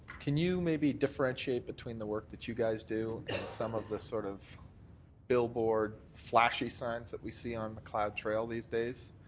can you maybe differentiate between the work that you guys do and some of the sort of billboard flashy signs that we see on macleod trail these days?